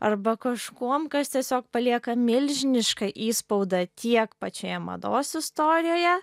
arba kažkuom kas tiesiog palieka milžinišką įspaudą tiek pačioje mados istorijoje